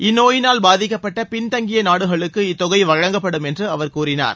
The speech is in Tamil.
இந்நோயினால் பாதிக்கப்பட்ட பின்தங்கிய நாடுகளுக்கு இத்தொகை வழங்கப்படும் என்று அவர் கூறினார்